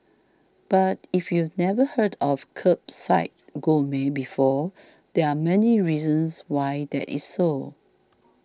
but if you've never heard of Kerbside Gourmet before there are many reasons why that is so